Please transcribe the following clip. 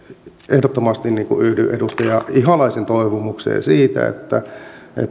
ehdottomasti yhdyn edustaja ihalaisen toivomukseen siitä että